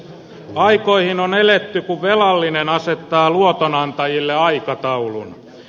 aikoihin on eletty kun velallinen asettaa luotonantajille aikataulun